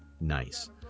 Nice